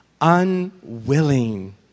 unwilling